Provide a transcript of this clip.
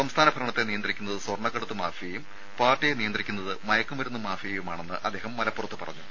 സംസ്ഥാന ഭരണത്തെ നിയന്ത്രിക്കുന്നത് സ്വർണ്ണക്കടത്ത് മാഫിയയും പാർട്ടിയെ നിയന്ത്രിക്കുന്നത് മയക്കുമരുന്ന് മാഫിയയുമാണെന്ന് അദ്ദേഹം മലപ്പുറത്ത് പറഞ്ഞു